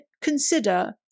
consider